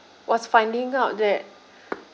was finding out that